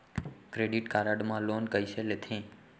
Credit card मा loan कइसे लेथे?